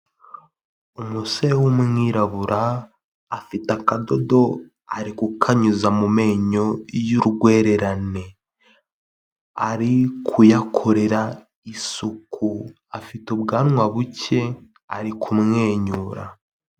Umusore w'umwirabura afite akadodo arikukanyuza mu menyo y'ururwererane, ari kuyakorera isuku, afite ubwanwa buke ari kumwenyura.